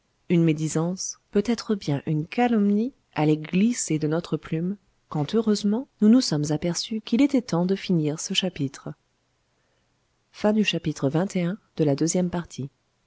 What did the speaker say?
une médisance peut-être bien une calomnie allait glisser de notre plume quand heureusement nous nous sommes aperçu qu'il était temps de finir ce chapitre